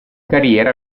carriera